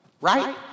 Right